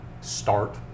start